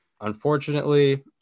Unfortunately